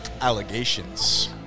Allegations